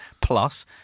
plus